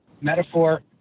metaphor